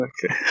Okay